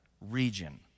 region